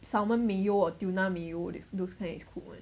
salmon mayo or tuna mayo is those kind it's cooked one